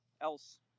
else